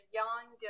young